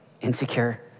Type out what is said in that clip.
insecure